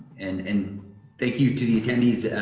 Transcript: and and thank you to the attendees,